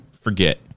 forget